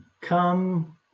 come